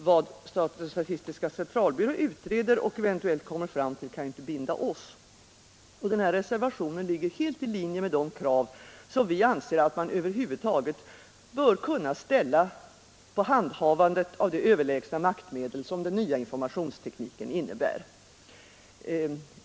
Vad statistiska centralbyrån utreder och eventuellt kommer fram till kan ju inte binda oss. Reservationen ligger helt i linje med de krav som vi anser att man över huvud taget bör kunna ställa på handhavandet av det överlägsna maktmedel som den nya informationstekniken innebär.